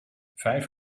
vijf